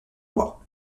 bois